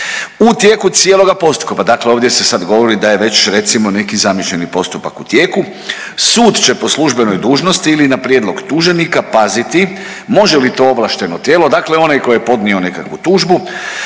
U tijeku cijeloga postupka, pa dakle ovdje se sad govori da je već recimo neki zamišljeni postupak u tijeku, sud će po službenoj dužnosti ili na prijedlog tuženika paziti može li to ovlašteno tijelo, dakle onaj tko je podnio nekakvu tužbu